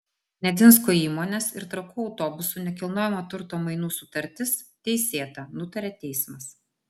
nedzinsko įmonės ir trakų autobusų nekilnojamojo turto mainų sutartis teisėta nutarė teismas